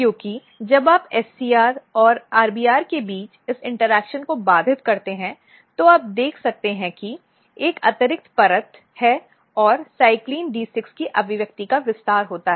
क्योंकि जब आप SCR और RBR के बीच इस इंटरेक्शन को बाधित करते हैं तो आप देखते हैं कि एक अतिरिक्त परत है और CYCLIN D6 की अभिव्यक्ति का विस्तार होता है